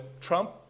Trump